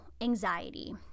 anxiety